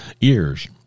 ears